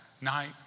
night